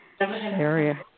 area